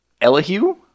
Elihu